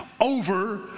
over